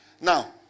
Now